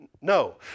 No